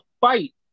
fight